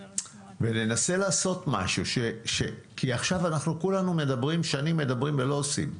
ננסה לעשות משהו, כי כולנו שנים מדברים ולא עושים.